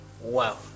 Wow